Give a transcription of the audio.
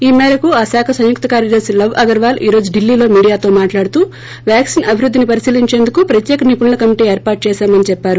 ఈ మేరకు ఆ శాఖ సంయుక్త కార్యదర్తి లవ్ అగర్వాల్ ఈ రోజు ధిల్లీలో మీడియాతో మాట్లాడుతూ వాక్సిన్ అభివృద్ధిని పరిశీలించేందుకు ప్రత్యేక నిపుణుల కమిట్ ఏర్పాటు చేశామని చెప్పారు